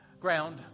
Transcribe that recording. ground